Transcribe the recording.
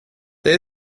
det